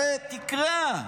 תקרא,